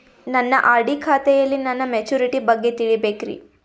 ನನ್ನ ಆರ್.ಡಿ ಖಾತೆಯಲ್ಲಿ ನನ್ನ ಮೆಚುರಿಟಿ ಬಗ್ಗೆ ತಿಳಿಬೇಕ್ರಿ